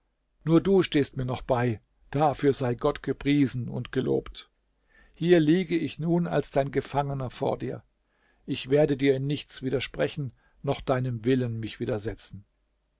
nur du stehst mir noch bei dafür sei gott gepriesen und gelobt hier liege ich nun als dein gefangener vor dir ich werde dir in nichts widersprechen noch deinem willen mich widersetzen